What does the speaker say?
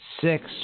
Six